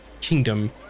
kingdom